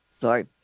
Sorry